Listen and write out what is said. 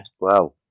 Wow